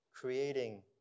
creating